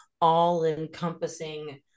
all-encompassing